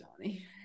Johnny